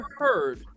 heard